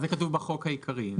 זה כתוב בחוק העיקרי.